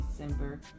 December